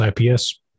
IPS